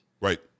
Right